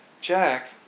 Jack